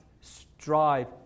strive